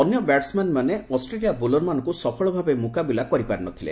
ଅନ୍ୟ ବ୍ୟାଟସ୍ମ୍ୟାନ୍ମାନେ ଅଷ୍ଟ୍ରେଲିଆ ବୋଲରମାନଙ୍କୁ ସଫଳ ଭାବେ ମୁକାବିଲା କରିପାରିନଥିଲେ